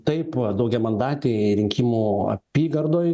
taip daugiamandatėj rinkimų apygardoj